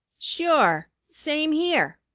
sure. same here!